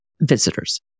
visitors